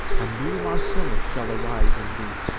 a new marcellus shall arise in thee!